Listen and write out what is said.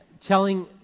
telling